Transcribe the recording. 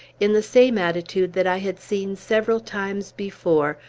in the same attitude that i had seen several times before,